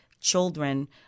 children